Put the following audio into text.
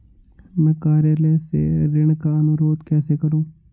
मैं कार्यालय से ऋण का अनुरोध कैसे करूँ?